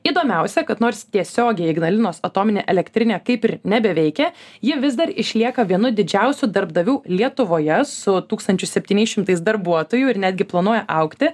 įdomiausia kad nors tiesiogiai ignalinos atominė elektrinė kaip ir nebeveikia ji vis dar išlieka vienu didžiausių darbdavių lietuvoje su tūkstančiu septyniais šimtais darbuotojų ir netgi planuoja augti